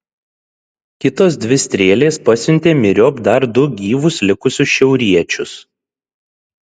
kitos dvi strėlės pasiuntė myriop dar du gyvus likusius šiauriečius